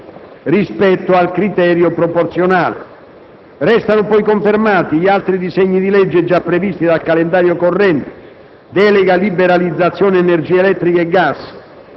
è stata effettuata con opportuni aggiustamenti rispetto al criterio proporzionale. Restano poi confermati gli altri disegni di legge già previsti dal calendario corrente